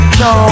no